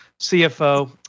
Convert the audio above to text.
cfo